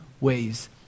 ways